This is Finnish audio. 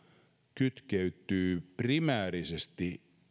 kytkeytyy primäärisesti